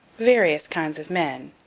various kinds of men.